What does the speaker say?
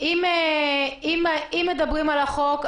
אם מדברים על החוק,